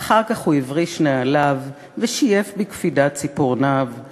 / אחר כך הוא הבריש נעליו / ושייף בקפידה ציפורניו /